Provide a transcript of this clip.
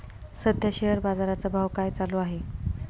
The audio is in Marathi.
सध्या शेअर बाजारा चा भाव काय चालू आहे?